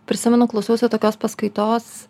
prisimenu klausiausi tokios paskaitos